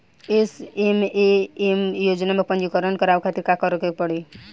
SMAM योजना में पंजीकरण करावे खातिर का का करे के पड़ी?